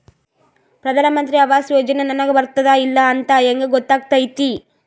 ಪ್ರಧಾನ ಮಂತ್ರಿ ಆವಾಸ್ ಯೋಜನೆ ನನಗ ಬರುತ್ತದ ಇಲ್ಲ ಅಂತ ಹೆಂಗ್ ಗೊತ್ತಾಗತೈತಿ?